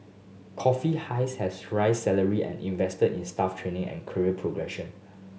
coffee has raised salary and invested in staff training and career progression